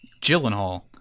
Gyllenhaal